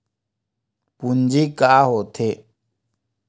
पूंजी का होथे?